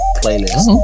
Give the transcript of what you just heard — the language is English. playlist